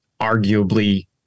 arguably